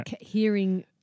hearing